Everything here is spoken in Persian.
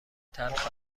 تلخ